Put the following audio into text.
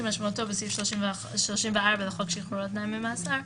כמשמעותו בסעיף 34 לחוק שחרור על-תנאי ממאסר,